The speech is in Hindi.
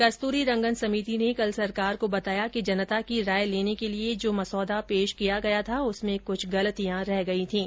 कस्तूरीरंगन समिति ने कल सरकार को बताया कि जनता की राय लेने के लिए जो मसौदा पेश किया गया था उसमें कुछ गलतियां रह गई थीं